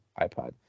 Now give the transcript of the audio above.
iPod